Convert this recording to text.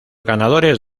ganadores